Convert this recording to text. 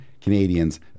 Canadians